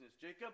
Jacob